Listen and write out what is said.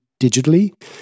digitally